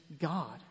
God